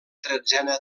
tretzena